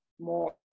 more